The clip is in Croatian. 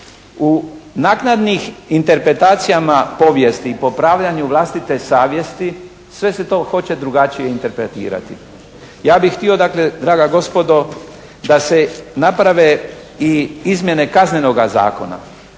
U naknadnim interpretacijama povijesti i popravljanju vlastite savjesti sve se to hoće drugačije interpretirati. Ja bih htio dakle draga gospodo da se naprave i izmjene Kaznenoga zakona.